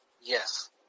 Yes